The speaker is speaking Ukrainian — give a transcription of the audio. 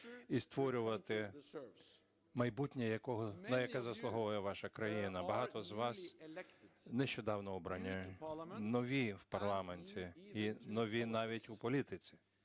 і створювати майбутнє, на яке заслуговує ваша країна. Багато з вас нещодавно обрані, нові в парламенті і нові навіть в політиці.